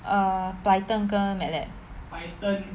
err python 跟 matlab